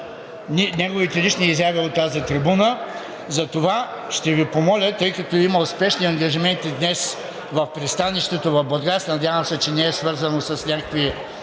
неговите лични изяви от тази трибуна. Затова ще Ви помоля, тъй като днес имал спешни ангажименти в пристанището в Бургас, надявам се, че не е свързано с някаква